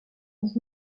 dans